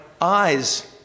eyes